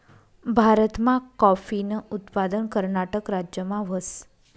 भारतमा काॅफीनं उत्पादन कर्नाटक राज्यमा व्हस